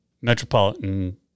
metropolitan